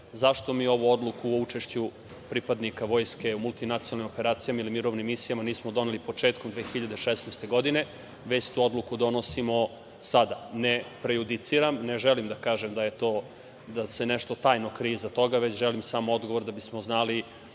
zašto mi ovu odluku o učešću pripadnika Vojske u multinacionalnim operacijama ili mirovnim misijama nismo doneli početkom 2016. godine, već tu odluku donosimo sada. Ne prejudiciram, ne želim da kažem da se nešto tajno krije iza toga, već želim samo odgovor da bismo znali